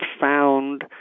found